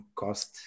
cost